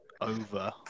over